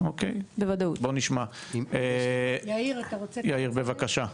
יאיר, בבקשה.